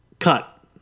Cut